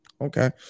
Okay